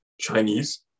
Chinese